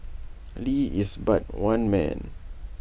lee is but one man